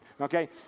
Okay